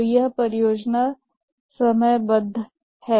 तो यह परियोजना समयबद्धन है